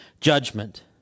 judgment